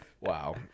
Wow